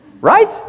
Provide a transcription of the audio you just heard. Right